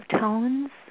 tones